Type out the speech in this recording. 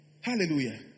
Hallelujah